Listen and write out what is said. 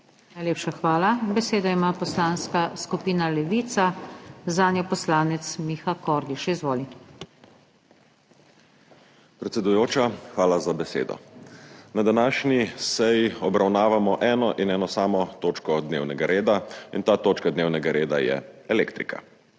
Najlepša hvala. Besedo ima Poslanska skupina Levica, zanjo poslanec Miha Kordiš. Izvoli. **MIHA KORDIŠ (PS Levica):** Predsedujoča, hvala za besedo. Na današnji seji obravnavamo eno samo točko dnevnega reda in ta točka dnevnega reda je elektrika.